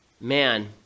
man